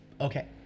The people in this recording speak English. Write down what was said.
okay